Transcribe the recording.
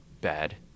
bad